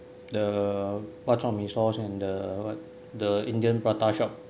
the bak chor mee stalls and the what the indian prata shop